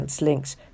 links